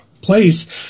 place